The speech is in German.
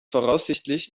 voraussichtlich